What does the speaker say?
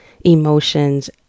emotions